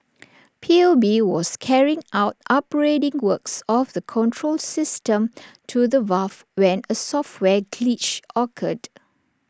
P U B was carrying out upgrading works of the control system to the valve when A software glitch occurred